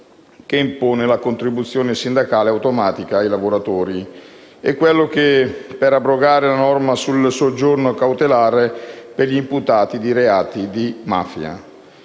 che impone la contribuzione sindacale automatica ai lavoratori, a quello per abrogare la norma sul soggiorno cautelare per gli imputati di reati di mafia.